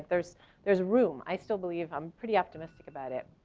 there's there's room, i still believe, i'm pretty optimistic about it.